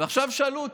עכשיו שאלו אותי: